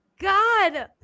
God